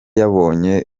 yabonye